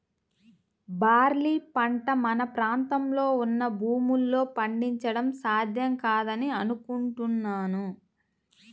barley పంట మన ప్రాంతంలో ఉన్న భూముల్లో పండించడం సాధ్యం కాదని అనుకుంటున్నాను